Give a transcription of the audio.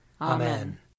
Amen